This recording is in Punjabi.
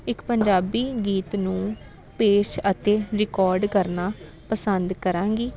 ਇੱਕ ਪੰਜਾਬੀ ਗੀਤ ਨੂੰ ਪੇਸ਼ ਅਤੇ ਰਿਕੋਰਡ ਕਰਨਾ ਪਸੰਦ ਕਰਾਂਗੀ